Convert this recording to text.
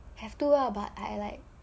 have to lah but I like